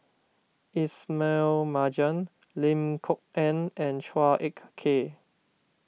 Ismail Marjan Lim Kok Ann and Chua Ek Kay